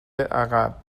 عقب